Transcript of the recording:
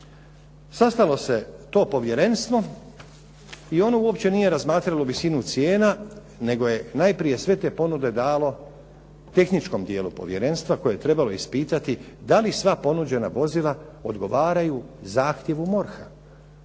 sastalo se to povjerenstvo i ono uopće nije razmatralo visinu cijena nego je najprije sve te ponude dalo tehničkom dijelu povjerenstva koje je trebalo ispitati da li sva ponuđena vozila odgovaraju zahtjevu MORH-a